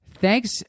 Thanks